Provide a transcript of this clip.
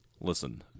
Listen